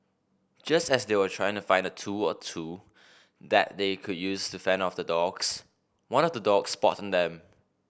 just as they were trying to find a tool or two that they could use to fend off the dogs one of the dogs spotted them